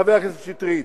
חבר הכנסת שטרית.